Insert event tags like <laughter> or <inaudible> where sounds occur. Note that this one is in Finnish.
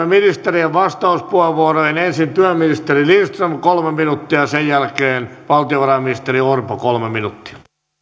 <unintelligible> ministerien vastauspuheenvuoroihin ensin työministeri lindström kolme minuuttia ja sen jälkeen valtiovarainministeri orpo kolme minuuttia